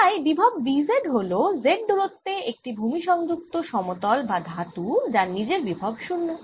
তাই বিভব V Z হল Z দূরত্বে একটি ভুমি সংযুক্ত সমতল বা ধাতু যার নিজের বিভব 0